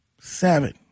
Seven